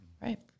Right